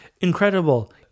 incredible